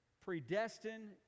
predestined